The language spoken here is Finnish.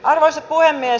arvoisa puhemies